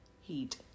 heat